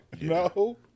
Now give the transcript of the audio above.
No